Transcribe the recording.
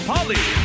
Polly